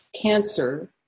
cancer